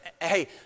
hey